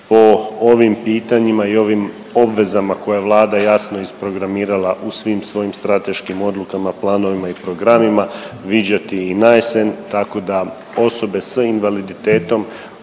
po ovim pitanjima i ovim obvezama koje je Vlada jasno isprogramirala u svim svojim strateškim odlukama, planovima i programima viđati i na jesen, tako da osobe s invaliditetom